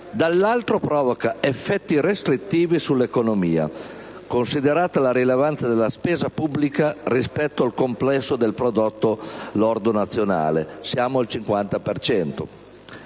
dall'altro provoca effetti restrittivi sull'economia, considerata la rilevanza della spesa pubblica rispetto al complesso del prodotto lordo nazionale (siamo al 50